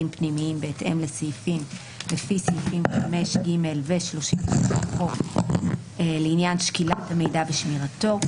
פנימיים בהתאם לפי סעיפים 5(ג) ו-36 לחוק לעניין שקילת המידע ושמירתו,